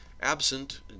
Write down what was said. absent